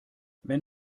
wenn